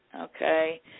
okay